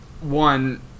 one